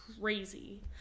crazy